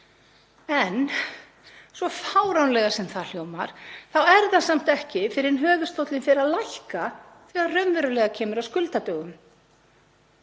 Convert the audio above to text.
En svo fáránlega sem það hljómar þá er það samt ekki fyrr en höfuðstóllinn fer að lækka sem raunverulega kemur að skuldadögum.